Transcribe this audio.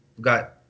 got